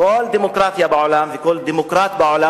כל דמוקרטיה בעולם וכל דמוקרט בעולם,